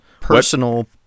personal